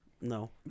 No